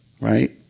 right